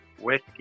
Whiskey